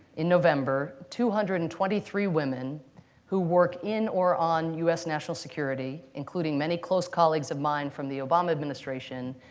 in november, two hundred and twenty three women who work in or on us national security, including many close colleagues of mine from the obama administration,